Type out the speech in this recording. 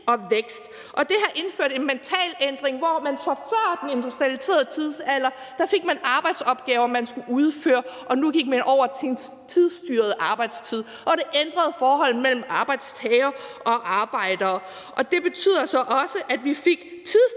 og vækst. Det har indført en mentalændring. Hvor man før den industrialiserede tidsalder fik arbejdsopgaver, man skulle udføre, gik man nu over til en tidsstyret arbejdstid. Det ændrede forholdet mellem arbejdstager og arbejdsgiver. Det betød så også, at vi fik